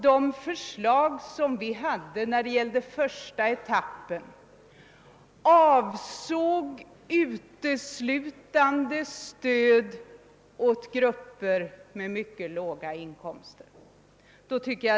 De förslag vi framställde när det gällde första etappen avsåg i mycket hög grad att ge stöd åt grupper med mycket låga inkomster.